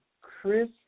Chris